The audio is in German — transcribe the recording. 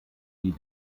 die